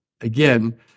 again